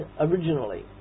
originally